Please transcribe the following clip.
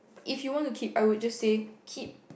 if you want to keep I would just say keep